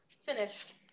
finished